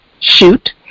Shoot